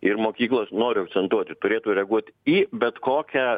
ir mokyklos noriu akcentuoti turėtų reaguot į bet kokią